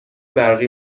برقی